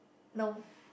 no